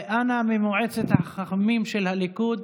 אנא ממועצת החכמים של הליכוד,